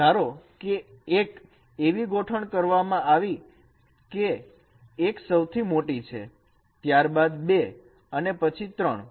અને ધારો કે 1 એવી ગોઠવણ કરવામાં આવી છે કે 1 સૌથી મોટી છે ત્યારબાદ 2 અને પછી 3